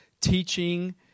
teaching